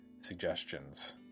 suggestions